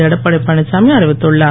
Edappadi Palaniswami அறிவித்துன்ளார்